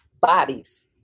bodies